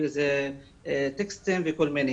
איזה טקסטים וכולי.